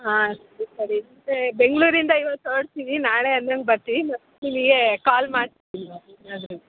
ಹಾಂ ಸರಿ ಬೆಂಗಳೂರಿಂದ ಇವತ್ತು ಹೊರಡ್ತಿವಿ ನಾಳೆ ಅಂದಂಗೆ ಬರ್ತೀವಿ ನ ನಿಮಿಗೆ ಕಾಲ್ ಮಾಡ್ತಿನಿ ಆದರೆ